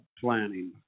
planning